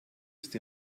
ist